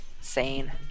sane